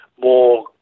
more